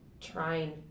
trying